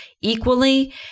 equally